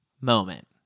moment